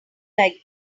like